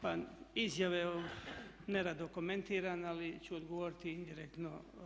Pa izjave nerado komentiram ali ću odgovoriti indirektno.